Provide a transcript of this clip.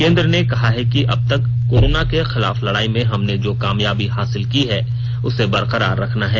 केन्द्र ने कहा है कि अबतक कोरोना के खिलाफ लड़ाई में हमने जो कामयाबी हासिल की है उसे बरकरार रखना है